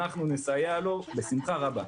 אנחנו נסייע לו בשמחה רבה.